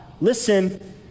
listen